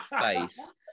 face